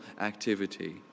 activity